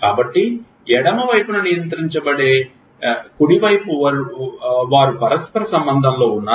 కాబట్టి ఎడమ వైపున నియంత్రించే కుడి వైపు వారు పరస్పర సంబంధంలో ఉన్నారా